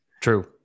True